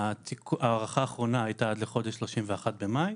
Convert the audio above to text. הארכה האחרונה הייתה עד ל-31 במאי.